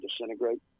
disintegrate